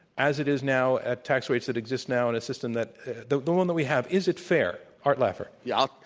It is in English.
as it is now, at tax rates that exist now, in a system that the the one that we have, is it fair? art laffer. yeah.